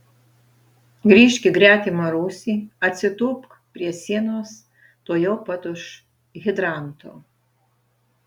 grįžk į gretimą rūsį atsitūpk prie sienos tuojau pat už hidranto